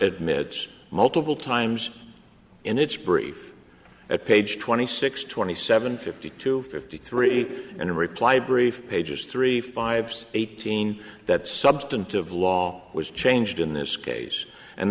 admits multiple times in its brief at page twenty six twenty seven fifty two fifty three and in reply brief pages three fives eighteen that substantive law was changed in this case and